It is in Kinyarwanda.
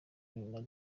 bimaze